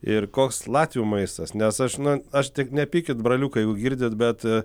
ir koks latvių maistas nes aš na aš tik nepykit braliukai jau girdit bet